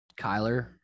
Kyler